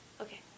Okay